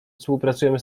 współpracujemy